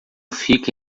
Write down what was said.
fica